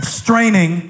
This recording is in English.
straining